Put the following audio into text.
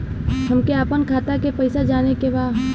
हमके आपन खाता के पैसा जाने के बा